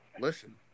Listen